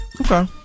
Okay